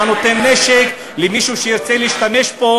אתה נותן נשק למישהו שירצה להשתמש בו